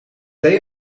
twee